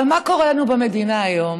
אבל מה קורה לנו במדינה היום?